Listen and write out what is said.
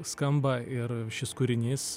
skamba ir šis kūrinys